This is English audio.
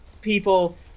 people